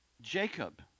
Jacob